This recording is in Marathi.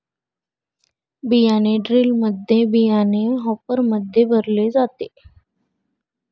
बियाणे ड्रिलमध्ये बियाणे हॉपरमध्ये भरले जाते